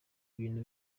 ibintu